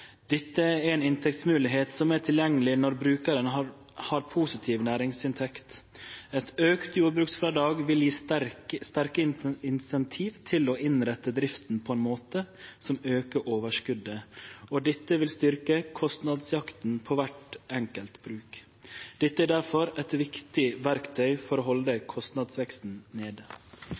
Dette er ei inntektsmoglegheit som er tilgjengeleg når brukaren har positiv næringsinntekt. Eit auka jordbruksfrådrag vil gje sterke incentiv til å innrette drifta på ein måte som aukar overskotet, og dette vil styrkje kostnadsjakta på kvart enkelt bruk. Det er difor eit viktig verktøy for å halde kostnadsveksten nede.